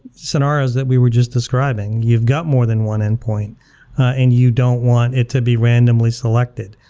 scenarios that we were just describing, you've got more than one endpoint and you don't want it to be randomly selected.